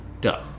Duh